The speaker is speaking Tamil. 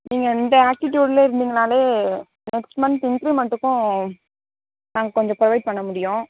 நீங்கள் இந்த ஆட்டிடியூட்டிலே இருந்தீங்கன்னாலே நெக்ஸ்ட் மந்த் இன்க்ரீமெண்ட்டுக்கும் நாங்கள் கொஞ்சம் ப்ரொவைட் பண்ண முடியும்